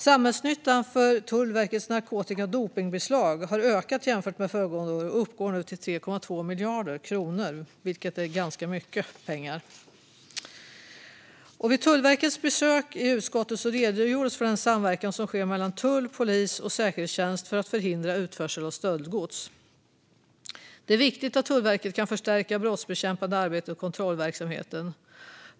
Samhällsnyttan för Tullverkets narkotika och dopningsbeslag har ökat jämfört med föregående år och uppgår nu till 3,2 miljarder kronor, vilket är ganska mycket pengar. Vid Tullverkets besök i utskottet redogjordes för den samverkan som sker mellan tull, polis och säkerhetstjänst för att förhindra utförsel av stöldgods. Det är viktigt att Tullverket kan förstärka det brottsbekämpande arbetet och kontrollverksamheten.